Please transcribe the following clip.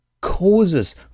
causes